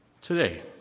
Today